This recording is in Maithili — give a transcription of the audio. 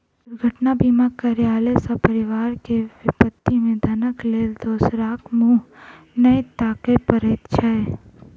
दुर्घटना बीमा करयला सॅ परिवार के विपत्ति मे धनक लेल दोसराक मुँह नै ताकय पड़ैत छै